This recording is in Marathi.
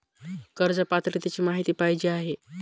कर्ज पात्रतेची माहिती पाहिजे आहे?